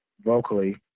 vocally